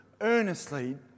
earnestly